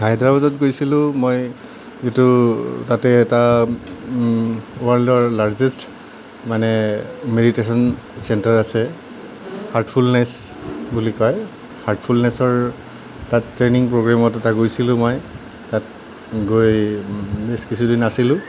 হায়দৰাবাদত গৈছিলোঁ মই যিটো তাতে এটা ৱৰ্ল্ডৰ লাৰ্জেষ্ট মানে মেডিটেশ্ব্যন চেণ্টাৰ আছে হাৰ্টফুলনেছ বুলি কয় হাৰ্টফুলনেছৰ তাত ট্ৰেইনিং প্ৰগ্ৰেমত এটা গৈছিলোঁ মই তাত গৈ বেছ কিছুদিন আছিলোঁ